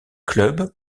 clubs